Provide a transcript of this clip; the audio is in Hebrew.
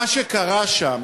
מה שקרה שם